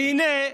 והינה,